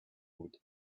would